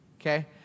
Okay